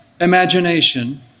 imagination